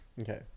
Okay